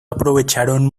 aprovecharon